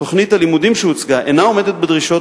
תוכנית הלימודים שהוצגה אינה עומדת בדרישות